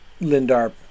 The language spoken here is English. Lindar